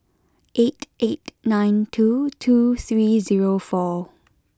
eight eight nine two two three zero four